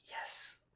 yes